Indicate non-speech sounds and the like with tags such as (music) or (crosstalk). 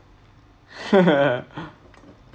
(laughs)